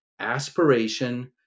aspiration